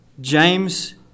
James